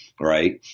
right